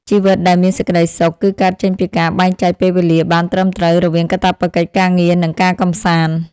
ជីវិតដែលមានសេចក្តីសុខ គឺកើតចេញពីការបែងចែកពេលវេលាបានត្រឹមត្រូវរវាងកាតព្វកិច្ចការងារនិងការកម្សាន្ត។